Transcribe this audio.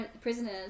prisoners